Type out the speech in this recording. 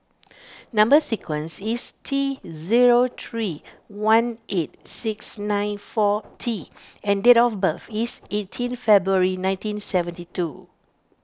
Number Sequence is T zero three one eight six nine four T and date of birth is eighteen February nineteen seventy two